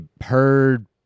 heard